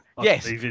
Yes